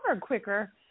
quicker